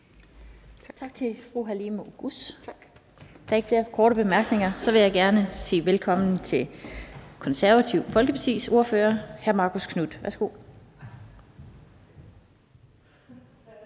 Tak til fru Halime Oguz. Der er ikke flere korte bemærkninger, og så vil jeg gerne sige velkommen til Det Konservative Folkepartis ordfører, hr. Marcus Knuth. Værsgo.